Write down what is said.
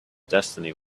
destiny